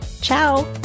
Ciao